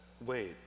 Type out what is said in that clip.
wait